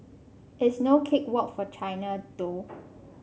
it's no cake walk for China though